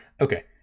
Okay